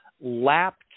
lapped